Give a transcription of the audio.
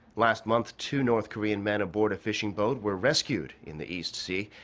last month, two north korean men aboard a fishing boat were rescued in the east sea.